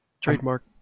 Trademark